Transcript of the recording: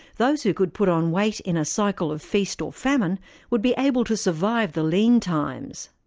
those who could put on weight in a cycle of feast or famine would be able to survive the lean times.